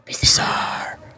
Bizarre